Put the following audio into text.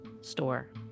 store